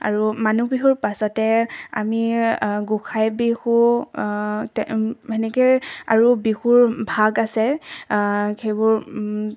আৰু মানুহ বিহুৰ পাছতে আমি গোসাঁই বিহু সেনেকৈ আৰু বিহুৰ ভাগ আছে সেইবোৰ